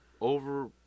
Over